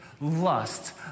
lust